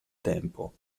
tempo